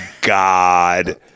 God